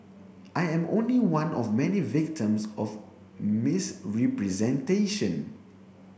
I am only one of many victims of misrepresentation